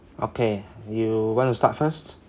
okay you want to start first